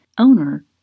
owner